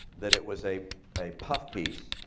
that it was a a puff piece.